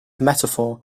metaphor